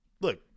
look